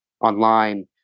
online